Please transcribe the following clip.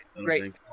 Great